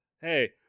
Hey